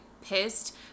pissed